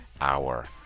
hour